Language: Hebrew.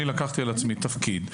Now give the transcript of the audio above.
אני לקחתי על עצמי תפקיד.